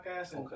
Okay